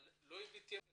אבל לא הבאתם חוזה?